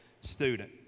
student